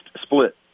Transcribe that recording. split